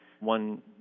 one